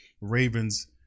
Ravens